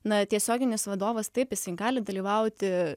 na tiesioginis vadovas taip jisai gali dalyvauti